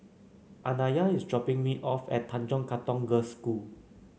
Anaya is dropping me off at Tanjong Katong Girls' School